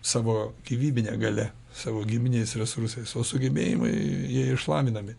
savo gyvybine galia savo giminės resursais o sugebėjimai jie išlavinami